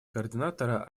координатора